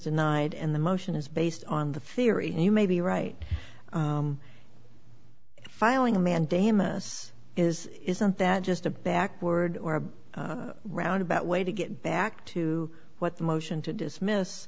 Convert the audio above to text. denied and the motion is based on the theory you may be right filing a mandamus is isn't that just a backward or roundabout way to get back to what the motion to dismiss